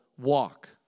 walk